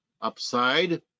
upside